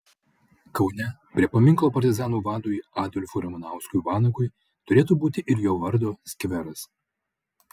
kaune prie paminklo partizanų vadui adolfui ramanauskui vanagui turėtų būti ir jo vardo skveras